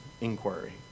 inquiry